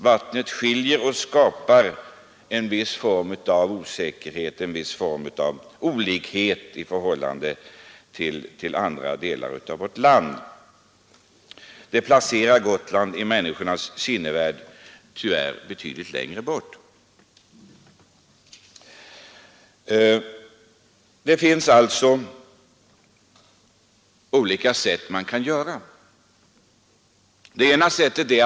Vattnet skiljer och skapar ett slags osäkerhet, en olikhet i förhållande till andra delar av vårt land. Detta placerar Gotland betydligt längre bort i människornas sinnen. Det finns olika sätt att gå till väga på.